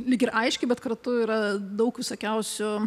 lyg ir aiški bet kartu yra daug visokiausių